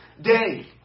day